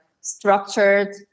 structured